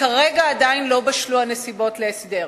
וכרגע עדיין לא בשלו הנסיבות להסדר.